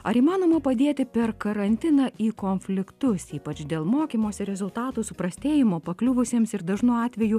ar įmanoma padėti per karantiną į konfliktus ypač dėl mokymosi rezultatų suprastėjimo pakliuvusiems ir dažnu atveju